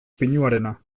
pinuarena